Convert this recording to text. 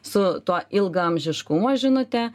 su tuo ilgaamžiškumo žinute